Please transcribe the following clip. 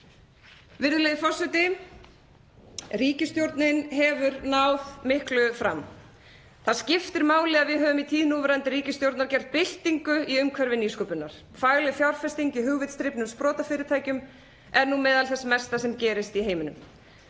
Virðulegi forseti. Ríkisstjórnin hefur náð miklu fram. Það skiptir máli að við höfum í tíð núverandi ríkisstjórnar gert byltingu í umhverfi nýsköpunar. Fagleg fjárfesting í hugvitsdrifnum sprotafyrirtækjum er nú meðal þess mesta sem gerist í heiminum.